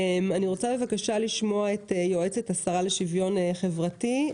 אני רוצה בבקשה לשמוע את יועצת השרה לשוויון חברתי,